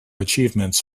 achievements